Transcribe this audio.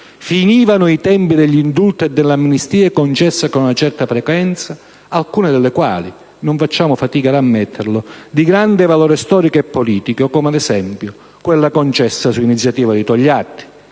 Finivano i tempi degli indulti e delle amnistie concesse con una certa frequenza, alcune delle quali, non facciamo fatica ad ammetterlo, di grande valore storico e politico, come ad esempio quella concessa su iniziativa di Togliatti.